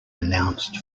announced